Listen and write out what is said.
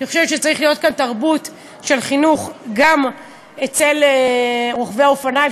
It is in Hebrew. אני חושבת שצריכה להיות כאן תרבות של חינוך גם אצל רוכבי האופניים,